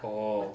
orh